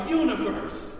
universe